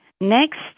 next